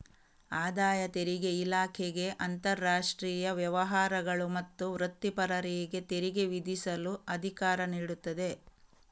ಆದಾಯ ತೆರಿಗೆ ಇಲಾಖೆಗೆ ಅಂತರಾಷ್ಟ್ರೀಯ ವ್ಯವಹಾರಗಳು ಮತ್ತು ವೃತ್ತಿಪರರಿಗೆ ತೆರಿಗೆ ವಿಧಿಸಲು ಅಧಿಕಾರ ನೀಡುತ್ತದೆ